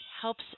helps